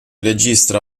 registra